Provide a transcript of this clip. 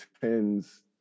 tends